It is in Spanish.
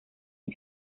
las